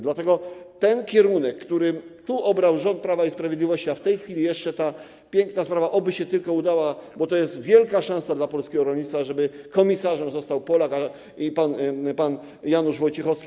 Dlatego ten kierunek, który tu obrał rząd Prawa i Sprawiedliwości, a w tej chwili jeszcze ta piękna sprawa, oby się tylko udała, bo to jest wielka szansa dla polskiego rolnictwa, żeby komisarzem został Polak pan Janusz Wojciechowski.